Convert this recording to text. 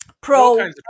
Pro